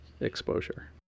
exposure